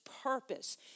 purpose